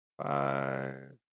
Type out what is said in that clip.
five